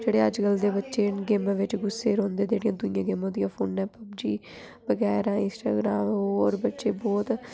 जेह्ड़े अजकल्ल दे बच्चे न गेमां बिच्च घुसे दे रौंह्दे ते जेड़ियां दुइयां गेमां होंदियां फोनै च पब्जी बगैरा इंस्टाग्राम होर बच्चे बौह्त